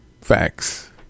Facts